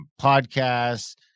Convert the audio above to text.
podcasts